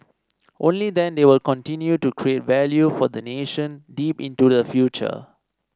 only then they will continue to create value for the nation deep into the future